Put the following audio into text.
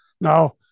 now